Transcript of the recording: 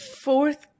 Fourth